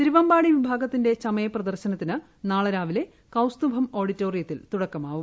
തിരുവമ്പാടി വിഭാഗത്തിന്റെ ചമയ പ്രദർശനത്തിന് നാളെ രാവിലെ കൌസ്തുഭം ഓഡിറ്റോറിയത്തിൽ തുടക്കമാകും